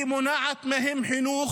היא מונעת מהם חינוך,